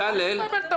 אל תבלבל את המוח.